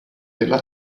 della